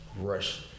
rush